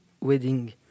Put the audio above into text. wedding